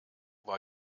war